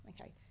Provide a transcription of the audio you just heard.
Okay